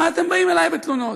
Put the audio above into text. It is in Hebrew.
מה אתם באים אלי בתלונות?